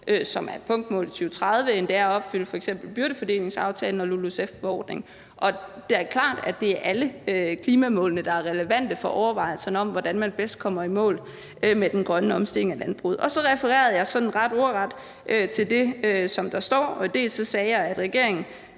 som er et punktmål i 2030, end det er at leve op til f.eks. byrdefordelingsaftalen og LULUCF-forordningen. Det er klart, at det er alle klimamålene, der er relevante for overvejelserne om, hvordan man bedst kommer i mål med den grønne omstilling af landbruget. Så refererede jeg ret ordret til det, der står, og jeg sagde, at regeringen